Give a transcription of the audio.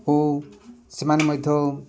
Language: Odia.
ଓ ସେମାନେ ମଧ୍ୟ